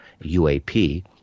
UAP